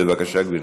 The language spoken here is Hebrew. בבקשה, גברתי.